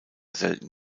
selten